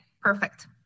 perfect